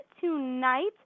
tonight